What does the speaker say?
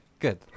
Good